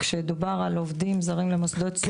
כשדובר על עובדים זרים למוסדות סיעוד,